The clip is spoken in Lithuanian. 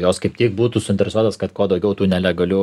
jos kaip tik būtų suinteresuotos kad kuo daugiau tų nelegalių